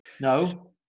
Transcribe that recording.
No